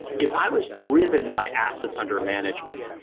if i was driven by assets under management,